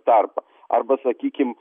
tarpą arba sakykim